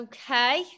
Okay